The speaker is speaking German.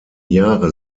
jahre